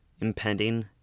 impending